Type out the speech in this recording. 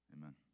Amen